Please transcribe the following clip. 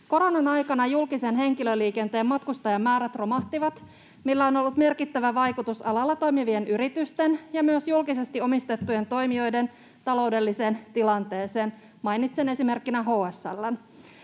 Koronan aikana julkisen henkilöliikenteen matkustajamäärät romahtivat, millä on ollut merkittävä vaikutus alalla toimivien yritysten ja myös julkisesti omistettujen toimijoiden taloudelliseen tilanteeseen. Mainitsen esimerkkinä HSL:n.